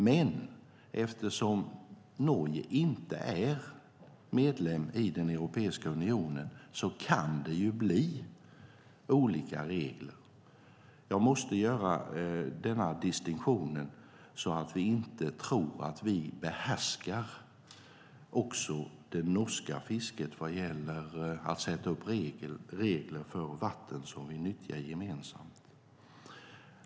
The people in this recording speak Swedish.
Men eftersom Norge inte är medlem i Europeiska unionen kan det bli olika regler. Jag måste göra denna distinktion så att vi inte tror att vi behärskar också det norska fisket vad gäller att sätta upp regler för vatten som vi nyttjar gemensamt.